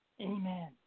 Amen